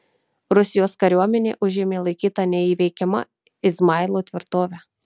rusijos kariuomenė užėmė laikytą neįveikiama izmailo tvirtovę